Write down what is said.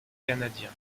canadien